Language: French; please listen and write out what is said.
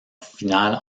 finale